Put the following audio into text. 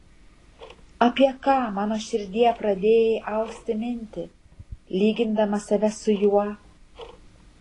apie ką mano širdie pradėjai austi mintį lygindama save su juo